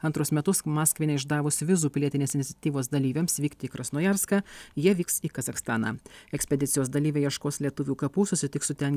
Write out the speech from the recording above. antrus metus maskvai neišdavus vizų pilietinės iniciatyvos dalyviams vykti į krasnojarską jie vyks į kazachstaną ekspedicijos dalyviai ieškos lietuvių kapų susitiks su ten